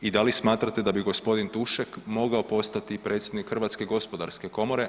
I da li smatrate da bi gospodin Tušek mogao postati i predsjednik Hrvatske gospodarske komore?